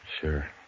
Sure